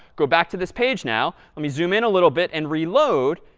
go back to this page now. let me zoom in a little bit and reload.